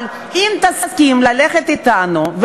אבל אם תסכים ללכת אתנו,